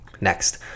Next